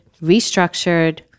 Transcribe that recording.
restructured